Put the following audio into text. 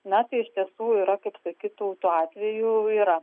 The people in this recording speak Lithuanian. na tai iš tiesų yra kaip sakyt tų tų atvejų yra